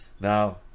Now